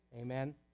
Amen